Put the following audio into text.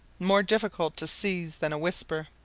more difficult to seize than a whisper.